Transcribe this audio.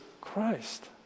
Christ